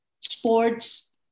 Sports